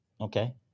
okay